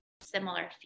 similar